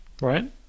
right